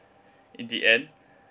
in the end